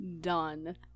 done